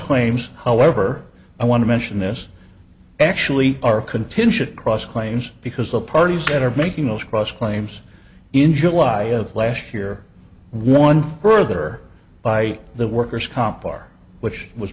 claims however i want to mention this actually our contingent cross claims because the parties that are making those cross claims in july of last year one burger by the workers comp bar which was